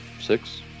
six